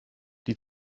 die